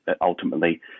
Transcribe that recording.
ultimately